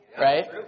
Right